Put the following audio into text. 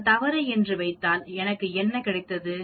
நான் தவறு என்று வைத்தால் எனக்கு என்ன கிடைத்தது